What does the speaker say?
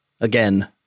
again